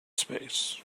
space